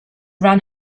run